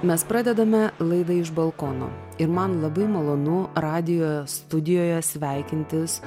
mes pradedame laidą iš balkono ir man labai malonu radijo studijoje sveikintis